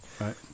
Right